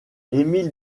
émile